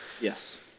Yes